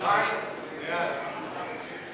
ההסתייגויות